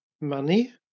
money